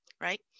Right